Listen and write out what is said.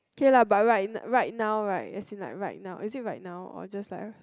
K lah by right right now right at it right now is it right now or just like a